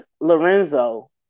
Lorenzo